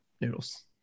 noodles